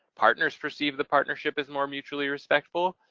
partners perceive the partnership is more mutually respectful,